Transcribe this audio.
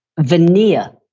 veneer